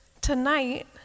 Tonight